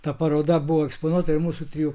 ta paroda buvo eksponuota ir mūsų trijų